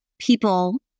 people